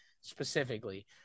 specifically